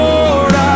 Lord